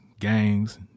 gangs